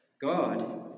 God